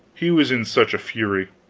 he was in such a fury.